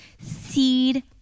seed